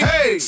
Hey